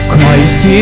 Christ